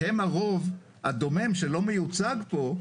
והם הרוב הדומם שלא מיוצג פה,